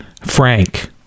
Frank